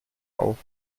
auf